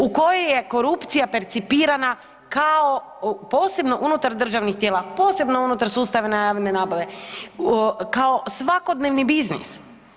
U kojoj je korupcija percipirana kao posebno unutar državnih tijela, posebno unutar sustava javne nabave kao svakodnevni biznis.